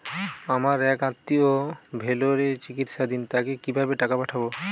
আমার এক আত্মীয় ভেলোরে চিকিৎসাধীন তাকে কি ভাবে টাকা পাঠাবো?